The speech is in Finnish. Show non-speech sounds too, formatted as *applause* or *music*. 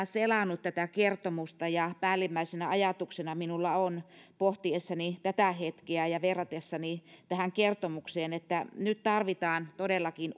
*unintelligible* selannut tätä kertomusta ja päällimmäisenä ajatuksena minulla on pohtiessani tätä hetkeä ja verratessani tähän kertomukseen että nyt tarvitaan todellakin *unintelligible*